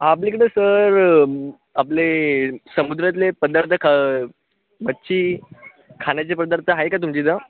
आपल्याकडे सर आपले समुद्रातले पदार्थ ख मच्छी खाण्याचे पदार्थ आहे का तुमच्या इथं